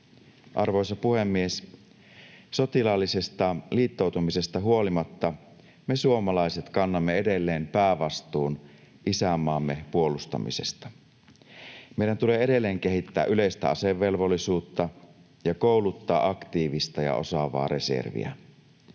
Arvoisa puhemies! Sotilaallisesta liittoutumisesta huolimatta me suomalaiset kannamme edelleen päävastuun isänmaamme puolustamisesta. Meidän tulee edelleen kehittää yleistä asevelvollisuutta ja kouluttaa aktiivista ja osaavaa reserviä.